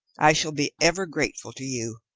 i shall be ever grateful to you,